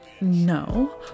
No